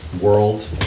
world